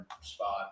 spot